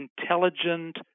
intelligent